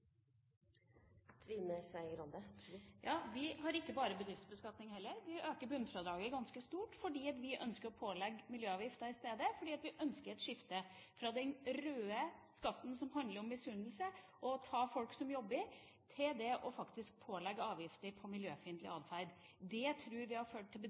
Vi har ikke bare bedriftsbeskatning. Vi øker bunnfradraget ganske mye, fordi vi ønsker å pålegge miljøavgifter i stedet, fordi vi ønsker et skifte fra den røde skatten som handler om misunnelse og som tar folk som jobber, til faktisk å pålegge avgifter på miljøfiendtlig atferd. Det tror vi har ført til